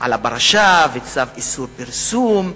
הפרשה, וצו איסור הפרסום,